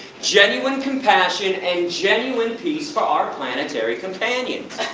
genuine compassion and genuine peace for our planetary companions!